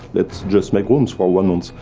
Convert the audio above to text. let's just make rooms for one month.